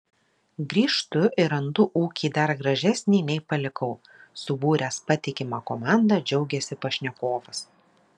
grįžtu ir randu ūkį dar gražesnį nei palikau subūręs patikimą komandą džiaugiasi pašnekovas